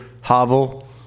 hovel